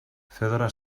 fedora